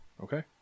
Okay